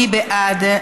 מי בעד?